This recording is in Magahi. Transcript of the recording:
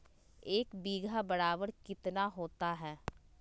एक बीघा बराबर कितना होता है?